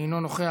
אינו נוכח,